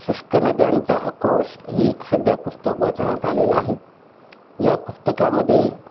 शुष्क नद्यांचा अक्रोश ही एक सध्या पुस्तक वाचनात आलेला आहे या पुस्तकामध्ये